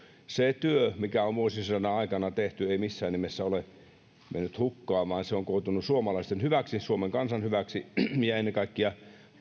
se työ mikä on vuosisadan aikana tehty ei missään nimessä ole mennyt hukkaan vaan se on koitunut suomalaisten hyväksi suomen kansan hyväksi ja ennen kaikkea